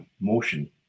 motion